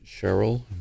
Cheryl